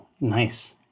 Nice